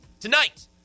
Tonight